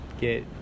get